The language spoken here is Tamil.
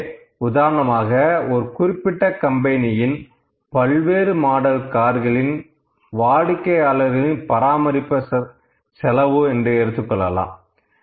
எனவே உதாரணமாக ஒரு குறிப்பிட்ட கம்பெனியின் பல்வேறு மாடல் கார்களின் வாடிக்கையாளர்களின் பராமரிப்பு செலவு என்று எடுத்துக்கொள்ளலாம்